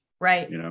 Right